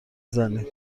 زنید